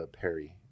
Perry